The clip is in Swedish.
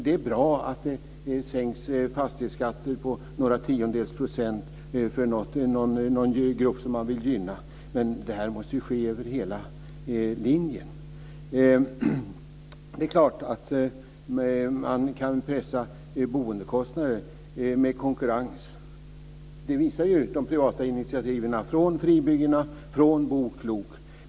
Det är bra att fastighetsskatter sänks med några tiondels procent för någon grupp som man vill gynna, men det måste ju ske över hela linjen. Det är klart att man kan pressa boendekostnader med konkurrens. Det visar ju de privata initiativen, från fribyggena till Bo Klok.